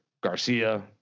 Garcia